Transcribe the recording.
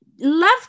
love